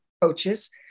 coaches